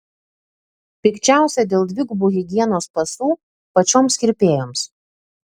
pikčiausia dėl dvigubų higienos pasų pačioms kirpėjoms